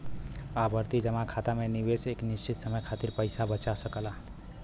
आवर्ती जमा खाता में निवेशक एक निश्चित समय खातिर पइसा बचा सकला